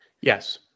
Yes